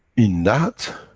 in that,